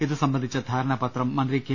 ഇതുസംബന്ധിച്ച ധാരണാപത്രം മന്ത്രി കെ